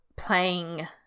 Playing